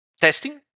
testing